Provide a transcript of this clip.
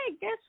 Guess